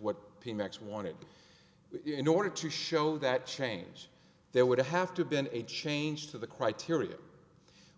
what the next wanted in order to show that change there would have to been a change to the criteria